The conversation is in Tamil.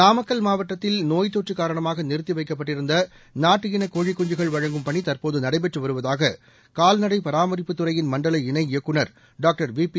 நாமக்கல் மாவட்டத்தில் நோய்த் தொற்று காரணமாக நிறுத்தி வைக்கப்பட்டிருந்த நாட்டு இன கோழிக்குஞ்சுகள் வழங்கும் பணி தற்போது நடைபெற்று வருவதாக கால்நடை பராமரிப்புத்துறையின் மண்டல இணை இயக்குநர் டாக்டர் விபி